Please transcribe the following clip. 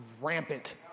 rampant